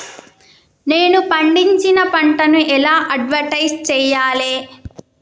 నేను పండించిన పంటను ఎలా అడ్వటైస్ చెయ్యాలే?